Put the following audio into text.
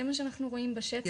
זה מה שאנחנו רואים בשטח.